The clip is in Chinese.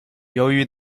由于